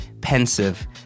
pensive